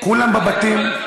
כולם בבתים?